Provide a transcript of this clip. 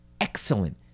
Excellent